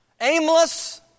aimless